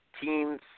teams